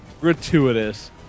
gratuitous